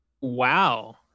wow